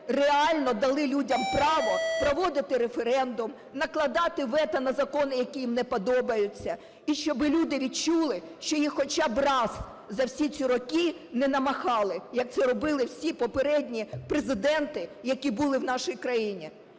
реально дали людям право проводити референдум, накладати вето на закони, які їм не подобаються, і щоби люди відчули, що їх хоча б раз за всі ці роки не "намахали", як це робили всі попередні президенти, які були в нашій країні.